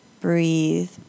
breathe